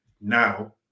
now